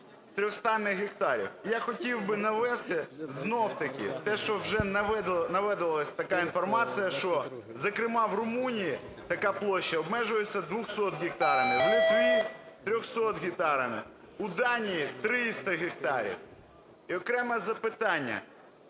300 гектарів. Я хотів би навести знову-таки те, що вже наводилось, така інформація, що зокрема в Румунії така площа обмежується 200 гектарами, в Литві 300 гектарами, у Данії 300 гектарів. І окреме запитання.